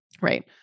right